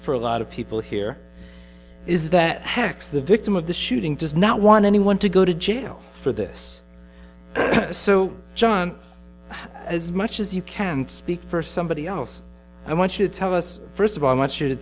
for a lot of people here is that hex the victim of the shooting does not want anyone to go to jail for this so john as much as you can speak for somebody else i want you to tell us first of all i want you to